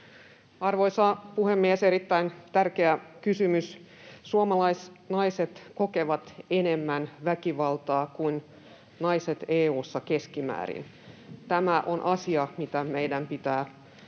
Arvoisa puhemies! Erittäin tärkeä kysymys. — Suomalaisnaiset kokevat enemmän väkivaltaa kuin naiset EU:ssa keskimäärin. Tämä on asia, mikä meidän pitää ottaa